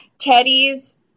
Teddy's